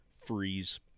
freeze